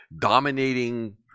dominating